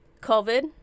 COVID